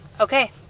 Okay